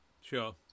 Sure